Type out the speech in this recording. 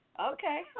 Okay